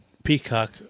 Peacock